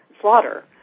slaughter